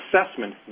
assessment